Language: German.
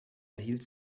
erhielt